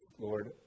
Lord